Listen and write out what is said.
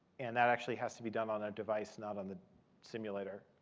and that actually has to be done on a device, not on the simulator.